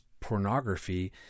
pornography